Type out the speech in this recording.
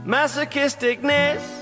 Masochisticness